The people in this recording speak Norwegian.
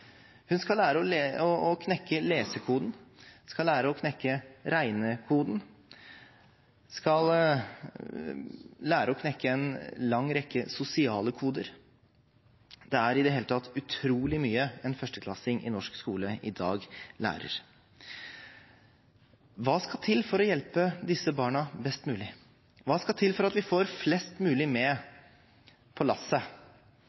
Han/hun skal lære å knekke lesekoden, skal lære å knekke regnekoden og skal lære å knekke en lang rekke sosiale koder. Det er i det hele tatt utrolig mye en førsteklassing i norsk skole i dag lærer. Hva skal til for å hjelpe disse barna best mulig? Hva skal til for at vi får flest mulig med på lasset